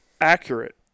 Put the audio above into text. accurate